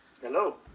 Hello